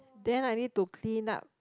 then I need to clean up